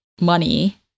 money